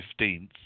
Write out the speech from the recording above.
15th